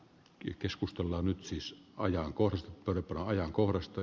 yh keskustella nyt siis ajankohtaista todeten ajankohdasta